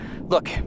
Look